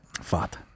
Fat